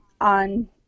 on